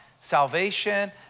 salvation